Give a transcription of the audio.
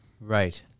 right